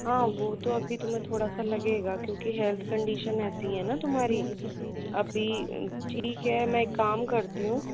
हाँ वो तो अभी तुम्हें थोड़ा सा लगेगा क्योंकि हेल्थ कंडीशन ऐसी है न तुम्हारी अभी ठीक है मैं एक काम करती हूँ